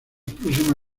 próxima